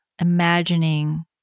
imagining